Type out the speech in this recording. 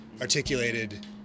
articulated